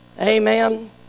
Amen